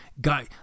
guy